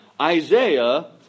Isaiah